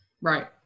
right